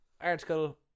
article